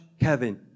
Kevin